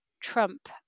Trump